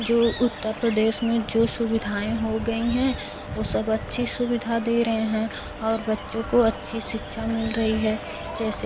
जो उत्तर प्रदेश में जो सुविधाएँ हो गई हैं वो सब अच्छी सुविधा दे रहे हैं और बच्चों को अच्छी शिक्षा मिल रही है जैसे